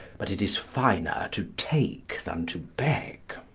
but it is finer to take than to beg.